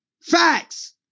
Facts